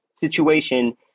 situation